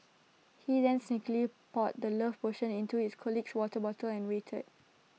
he then sneakily poured the love potion into his colleague's water water and waited